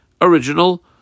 original